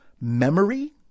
memory